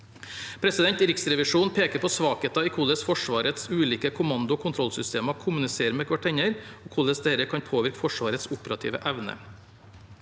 operasjoner Riksrevisjonen peker på svakheter i hvordan Forsvarets ulike kommando- og kontrollsystemer kommuniserer med hverandre, og hvordan dette kan påvirke Forsvarets operative evne.